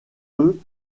eux